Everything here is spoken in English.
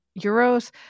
euros